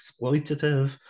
exploitative